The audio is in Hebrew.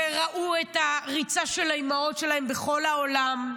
וראו את הריצה של האימהות שלהן בכל העולם.